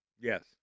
Yes